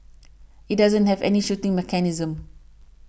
it doesn't have any shooting mechanism